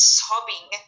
sobbing